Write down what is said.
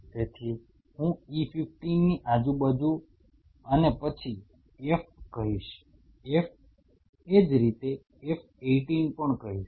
તેથી હું E15 ની આજુબાજુ અને પછી F કહીશ F એ જ રીતે F 18 પણ કહીશ